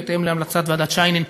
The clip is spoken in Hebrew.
בהתאם להמלצת ועדת שיינין,